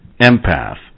empath